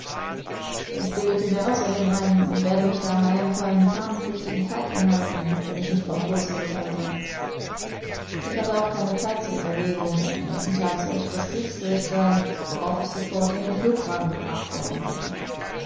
ich bildete mir außerdem ein man werde mich daheim für einen fahnenflüchtigen feigling halten wenn ich nicht vom pol zurückkehrte ich hatte auch keine zeit zur überlegung denn am nächsten tag sollte das kriegsgericht sein worauf ich sofort in den flugwagen gebracht worden wäre